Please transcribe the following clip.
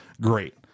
great